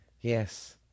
Yes